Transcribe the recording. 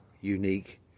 unique